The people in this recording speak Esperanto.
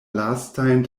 lastajn